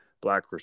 Black